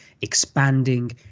expanding